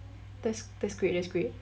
that's that's great that's great